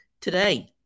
today